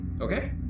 Okay